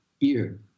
ear